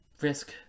risk